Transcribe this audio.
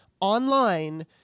online